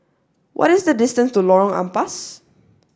what is the distance to Lorong Ampas